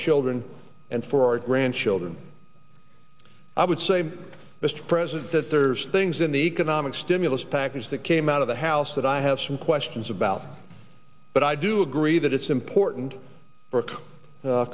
children and for our grandchildren i would say mr president that there's things in the economic stimulus package that came out of the house that i had some questions about but i do agree that it's important for